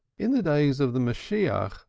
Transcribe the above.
in the days of the messiah,